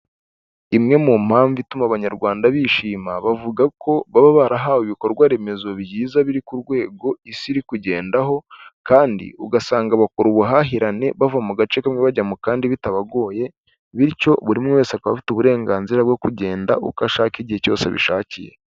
Imwe mu mpamvu ituma Abanyarwanda bishima bavuga ko baba barahawe ibikorwa remezo byiza biri ku rwego Isi iri kugendaho kandi ugasanga bakora ubuhahirane bava mu gace kamwe bajya mu kandi bitabagoye bityo buri wese aba afite uburenganzira bwo kugenda uko ashaka igihe cyose abishakiye.